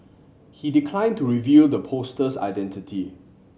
he decline to reveal the poster's identity